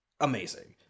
amazing